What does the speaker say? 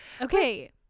Okay